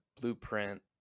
blueprint